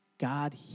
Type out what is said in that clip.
God